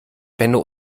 benno